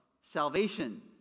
salvation